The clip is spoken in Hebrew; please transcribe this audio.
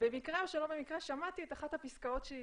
במקרה או שלא במקרה שמעתי את אחת הפסקאות שהיא